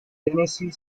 tennessee